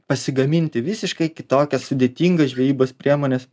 pasigaminti visiškai kitokias sudėtingas žvejybos priemones